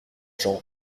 jean